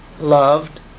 loved